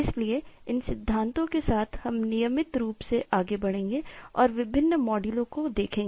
इसलिए इन सिद्धांतों के साथ हम नियमित रूप से आगे बढ़ेंगे और विभिन्न मॉड्यूलों को देखेंगे